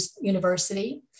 University